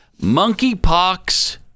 Monkeypox